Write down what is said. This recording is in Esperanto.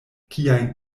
kiajn